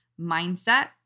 mindset